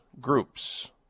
groups